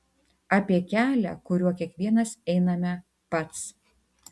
apie kelią kuriuo kiekvienas einame pats